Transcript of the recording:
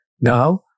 Now